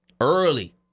early